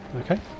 Okay